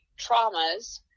traumas